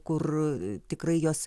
kur tikrai jos